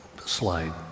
slide